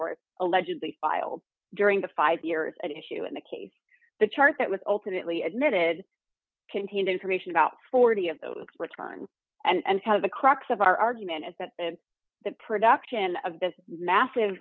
or allegedly filed during the five years at issue in the case the chart that was ultimately admitted contained information about forty of those returned and the crux of our argument is that the production of this massive